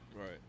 Right